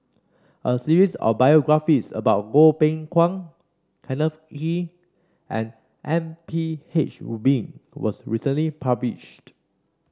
a series of biographies about Goh Beng Kwan Kenneth Kee and M P H Rubin was recently published